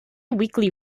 weekly